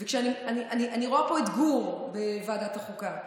אני רואה פה את גור בוועדת החוקה,